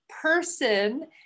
person